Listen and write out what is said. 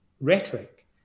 rhetoric